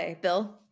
Bill